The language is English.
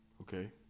Okay